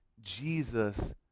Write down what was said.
Jesus